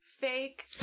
fake